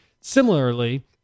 Similarly